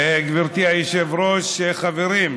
גברתי היושבת-ראש, חברים,